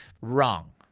wrong